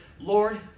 Lord